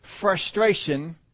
Frustration